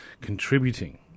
contributing